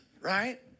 right